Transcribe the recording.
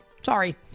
Sorry